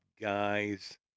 guys